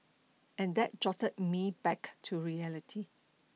and that jolted me back to reality